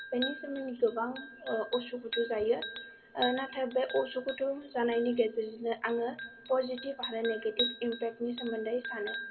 बेनि सोमोन्दै गोबां उसु खुथु जायो नाथाय बे उसु खुथु जानायनि गेजेरजोंनो आङो पजिटिभ आरो नेगिटिभ इम्पेक्टनि सोमोन्दै सानो